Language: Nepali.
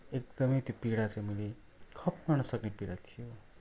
एकदमै त्यो पीडा चाहिँ मैले खप्न नसक्ने पीडा थियो